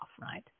right